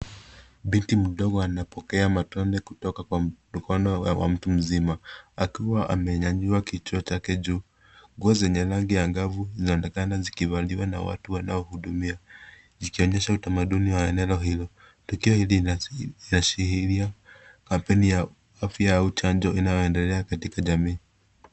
Binti mdogo anapokea matone kutoka kwa mkono wa mtu mzima. Akiwa amenyanyua kichwa chake juu nguo zenye rangi ya gavu zinaonekana zikivaliwa na wanaomhudumia zaionyesha utamaduni wa eneo hilo likiwa linashiria kampeni ya afya uchajo unaopadelea katika jamii.